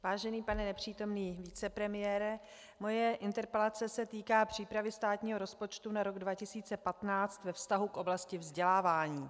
Vážený pane nepřítomný vicepremiére, moje interpelace se týká přípravy státního rozpočtu na rok 2015 ve vztahu k oblasti vzdělávání.